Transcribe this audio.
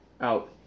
out